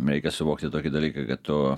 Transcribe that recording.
reikia suvokti tokį dalyką kad to